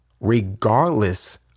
regardless